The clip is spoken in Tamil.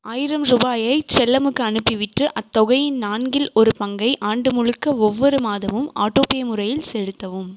ஆயிரம் ரூபாயை செல்லம்க்கு அனுப்பிவிட்டு அத்தொகையின் நான்கில் ஒரு பங்கை ஆண்டு முழுக்க ஒவ்வொரு மாதமும் ஆட்டோபே முறையில் செலுத்தவும்